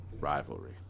rivalry